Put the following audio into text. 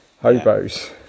hobos